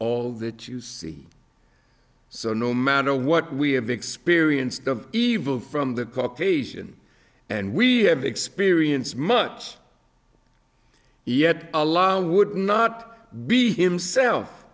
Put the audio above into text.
all that you see so no matter what we have experienced of evil from the caucasian and we have experienced much yet alone would not be himself